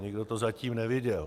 Nikdo to zatím neviděl.